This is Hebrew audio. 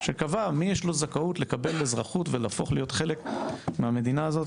שקבע מי יש לו זכאות לקבל אזרחות ולהפוך להיות חלק מהמדינה הזאת,